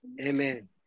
Amen